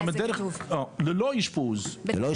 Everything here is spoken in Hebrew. אני מבקש לתקן שהמילה, ללא אשפוז --- ללא אשפוז.